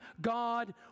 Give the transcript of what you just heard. God